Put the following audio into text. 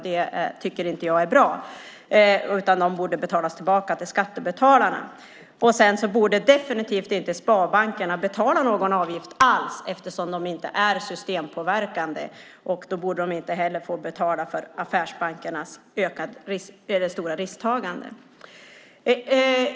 Det tycker inte jag är bra. De borde betalas tillbaka till skattebetalarna. Sparbankerna borde definitivt inte betala någon avgift alls, eftersom de inte är systempåverkande. Därför borde de inte heller betala för affärsbankernas stora risktagande.